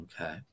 Okay